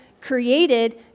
created